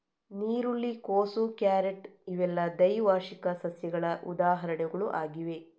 ನೀರುಳ್ಳಿ, ಕೋಸು, ಕ್ಯಾರೆಟ್ ಇವೆಲ್ಲ ದ್ವೈವಾರ್ಷಿಕ ಸಸ್ಯಗಳ ಉದಾಹರಣೆಗಳು ಆಗಿವೆ